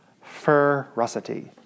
Ferocity